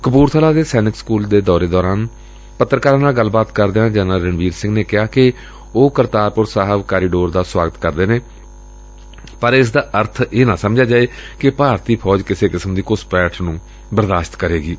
ਕਪੁਰਥਲਾ ੱਦੇ ਸੈਨਿਕ ਸਕੁਲ ਦੇ ਦੌਰੇ ਦੌਰਾਨ ਪੱਤਰਕਾਰਾਂ ਨਾਲ ਗੱਲਬਾਤ ਕਰਦਿਆਂ ਜਨਰਲ ਰਣਬੀਰ ਸਿੰਘ ਨੇ ਕਿਹਾ ਕਿ ਉਹ ਕਰਤਾਰਪੁਰ ਸਾਹਿਬ ਕਾਰੀਡੋਰ ਦਾ ਸੁਆਗਤ ਕਰਦੇ ਨੇ ਪਰ ਇਸ ਦਾ ਅਰਥ ਇਹ ਨਾ ਸਮਝਿਆ ਜਾਏ ਕਿ ਭਾਰਤੀ ਫੌਜ ਕਿਸੇ ਕਿਸਮ ਦੀ ਘੁਸਪੈਠ ਬਰਦਾਸ਼ਤ ਕਰੇਗੀ